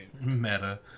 meta